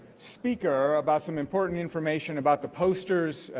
speaker, about some important information about the posters,